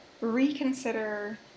reconsider